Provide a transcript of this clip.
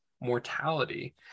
mortality